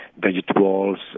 vegetables